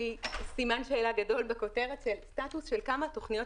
סימן שאלה גדול בכותרת של סטטוס של כמה תוכניות